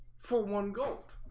for one gold.